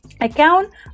account